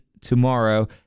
Tomorrow